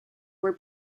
were